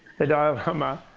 the dalai um lama,